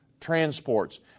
transports